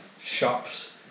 shops